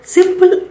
Simple